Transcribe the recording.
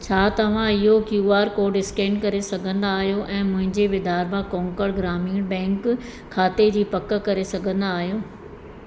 छा तव्हां इहो क्यू आर कोड स्केन करे सघंदा आहियो ऐं मुंहिंजे विधारभा कोंकण ग्रामीण बैंक खाते जी पक करे सघंदा आहियो